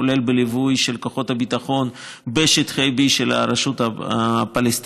הכוללת ליווי של כוחות הביטחון בשטחי B של הרשות הפלסטינית.